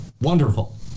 wonderful